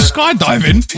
Skydiving